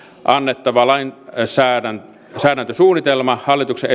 annettava lainsäädäntösuunnitelma hallituksen